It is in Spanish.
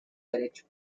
derecho